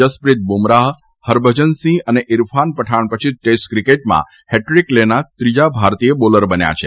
જસપ્રીત બુમરાહ હરભજનસિંહ અને ઇરફાન પઠાણ પછી ટેસ્ટ ક્રિકેટમાં હેટ્રિક લેનાર ત્રીજા ભારતીય બોલર બન્યા છે